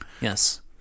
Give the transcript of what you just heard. Yes